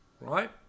right